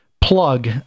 plug